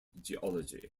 geology